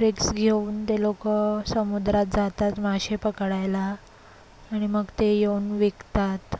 रिक्स घेऊन ते लोकं समुद्रात जातात मासे पकडायला आणि मग ते येऊन विकतात